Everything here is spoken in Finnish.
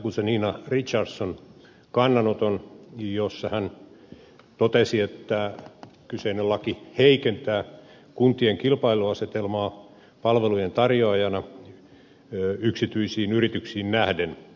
guzenina richardson kannanoton jossa hän totesi että kyseinen laki heikentää kuntien kilpailuasetelmaa palvelujen tarjoajana yksityisiin yrityksiin nähden